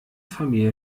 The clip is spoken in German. familie